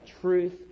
truth